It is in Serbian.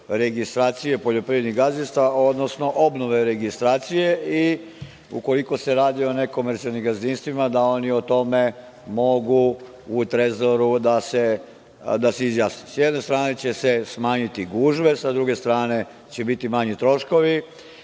registracije poljoprivrednih gazdinstava, odnosno obnove registracije i ukoliko se radi o nekomercijalnim gazdinstvima, da oni o tome mogu u trezoru da se izjasne.S jedne strane će smanjiti gužve, sa druge strane će biti manji troškovi